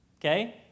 okay